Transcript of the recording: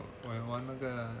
我也玩那个